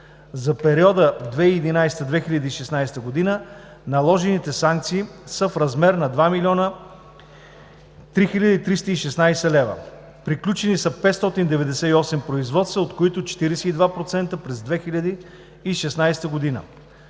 За периода 2011-2016 наложените санкции са в размер на 2 млн. 3 хил. 316 лв. Приключени са 598 производства, от които 42% през 2016 год.